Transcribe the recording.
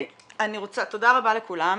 תודה רבה לכולם.